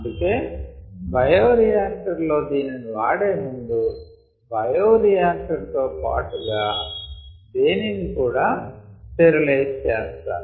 అందుకే బయోరియాక్టర్ లో దీనిని వాడే ముందు బయోరియాక్టర్ తో పాటుగా దేనిని కుడా స్టరి లైజ్ చేస్తారు